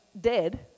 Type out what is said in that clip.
dead